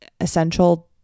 essential